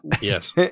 yes